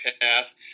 path